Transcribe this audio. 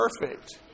perfect